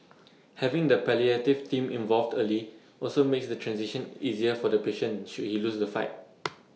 having the palliative team involved early also makes the transition easier for the patient should he lose the fight